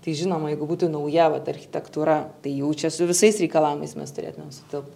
tai žinoma jeigu būtų nauja vat architektūra tai jau čia su visais reikalavimais mes turėtumėm sutilpt